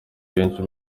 benshi